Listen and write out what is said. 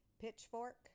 Pitchfork